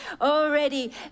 already